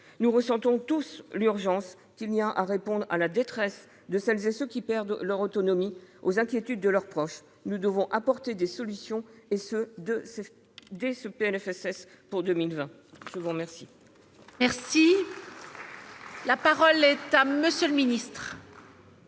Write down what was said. Nous ressentons tous l'urgence qu'il y a à répondre à la détresse de celles et ceux qui perdent leur autonomie et aux inquiétudes de leurs proches. Nous devons apporter des solutions, et ce dès ce projet de loi de